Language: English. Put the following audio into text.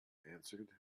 answered